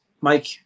Mike